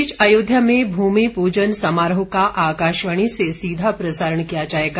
इस बीच अयोध्या में भूमि पूजन समारोह का आकाशवाणी से सीधा प्रसारण किया जाएगा